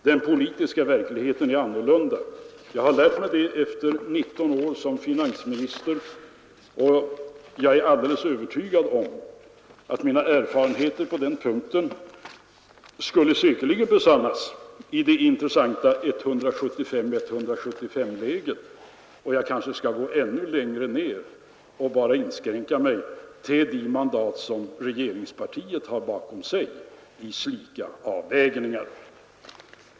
Den politiska verkligheten är annorlunda, jag har lärt mig det efter 19 år som finansminister. Och jag är alldeles övertygad om att mina erfarenheter på den punkten skulle besannas i det intressanta 175—175-läget — jag kanske skall gå ännu längre ner och inskränka mig till de mandat som regeringspartiet har bakom sig i slika avvägningar.